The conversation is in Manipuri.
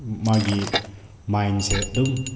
ꯃꯥꯒꯤ ꯃꯥꯏꯟꯁꯦ ꯑꯗꯨꯝ